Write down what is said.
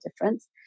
difference